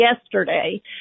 yesterday